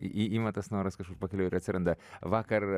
i ima tas noras kažkur pakeliui ir atsiranda vakar